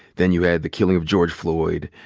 then you had the killing of george floyd,